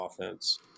offense